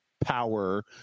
power